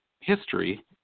history